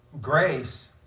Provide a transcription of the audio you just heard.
grace